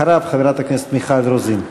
אחריו, חברת הכנסת מיכל רוזין.